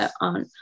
on